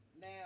Now